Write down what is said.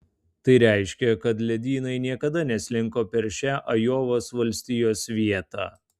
tai reiškia kad ledynai niekada neslinko per šią ajovos valstijos vietą